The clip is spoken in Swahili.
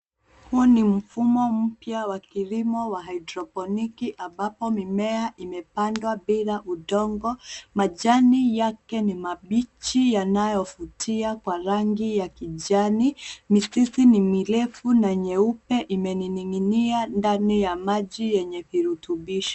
Huu ni mfumo. mpya wa kielimu wa haidroponiki ambapo mimea imepandwa bila udongo. Majani yake ni mabichi yanayo vutia kwa rangi ya kijani. Mizizi ni mirefu na nyeupe imening'inia ndani ya maji yenye virutubisho.